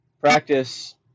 practice